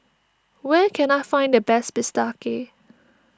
where can I find the best Bistake